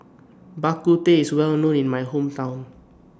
Bak Kut Teh IS Well known in My Hometown